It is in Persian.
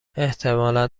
احتمالا